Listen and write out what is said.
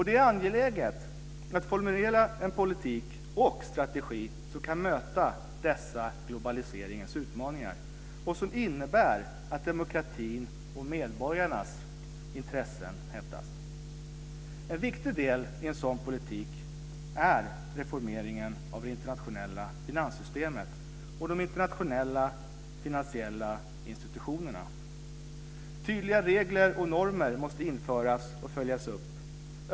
Det är angeläget att formulera en politik och en strategi som kan möta dessa globaliseringens utmaningar och som innebär att demokratin och medborgarnas intressen hävdas. En viktig del i en sådan politik är reformeringen av det internationella finanssystemet och de internationella finansiella institutionerna. Tydliga regler och normer måste införas och följas upp.